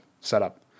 setup